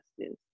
justice